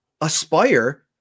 aspire